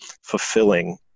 fulfilling